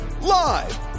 live